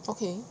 okay